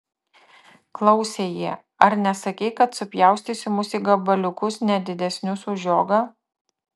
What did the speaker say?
klausė jie ar nesakei kad supjaustysi mus į gabaliukus ne didesnius už žiogą